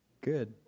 Good